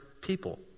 people